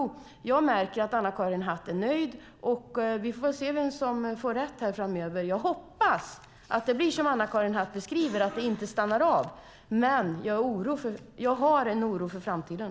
Men jag märker att Anna-Karin Hatt är nöjd, och vi får väl se vem som får rätt framöver. Jag hoppas att det blir som Anna-Karin Hatt beskriver och att det inte stannar av, men jag har en oro för framtiden.